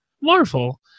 Marvel